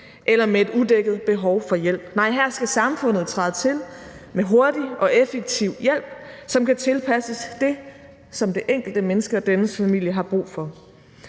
eller med et udækket behov for hjælp, nej, her skal samfundet træde til med hurtig og effektiv hjælp, som kan tilpasses det, som det enkelte menneske og dennes familie har brug for.